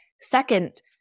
Second